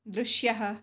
दृश्यः